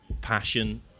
passion